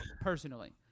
personally